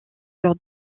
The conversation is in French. cœur